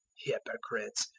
hypocrites,